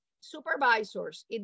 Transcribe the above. supervisors